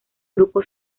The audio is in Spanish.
grupo